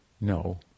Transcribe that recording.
No